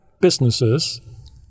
businesses